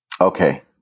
Okay